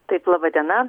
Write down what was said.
taip laba diena